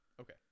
Okay